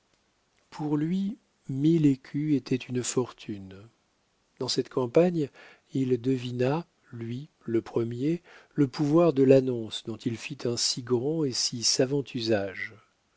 pour lui mille écus étaient une fortune dans cette campagne il devina lui le premier le pouvoir de l'annonce dont il fit un si grand et si savant usage